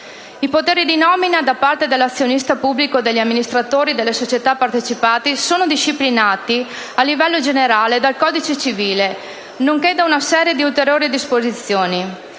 I poteri di nomina da parte dell'azionista pubblico e degli amministratori delle società partecipate sono disciplinate a livello generale dal codice civile, nonché da una serie di ulteriori disposizioni.